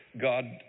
God